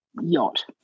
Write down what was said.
yacht